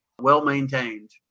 well-maintained